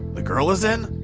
the girl is in?